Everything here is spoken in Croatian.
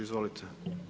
Izvolite.